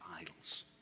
idols